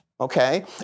okay